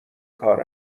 کار